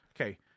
Okay